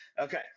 okay